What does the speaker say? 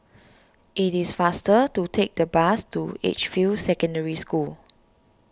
it is faster to take the bus to Edgefield Secondary School